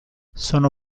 sono